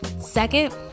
Second